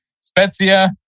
Spezia